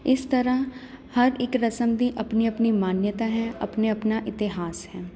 ਇਸ ਤਰ੍ਹਾਂ ਹਰ ਇੱਕ ਰਸਮ ਦੀ ਆਪਣੀ ਆਪਣੀ ਮਾਨਤਾ ਹੈ ਆਪਣੇ ਆਪਣਾ ਇਤਿਹਾਸ ਹੈ